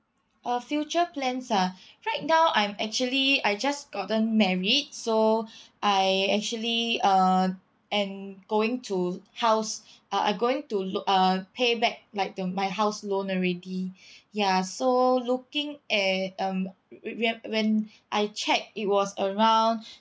uh future plans ah right now I'm actually I just gotten married so I actually uh am going to house uh I going to loa~ uh pay back like to my house loan already ya so looking at um wh~ wh~ when I checked it was around